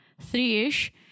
three-ish